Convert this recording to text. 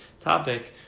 topic